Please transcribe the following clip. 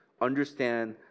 Understand